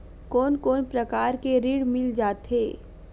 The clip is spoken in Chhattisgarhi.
कोन कोन प्रकार के ऋण मिल जाथे?